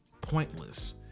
pointless